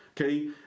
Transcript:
okay